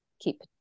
keep